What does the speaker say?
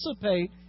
participate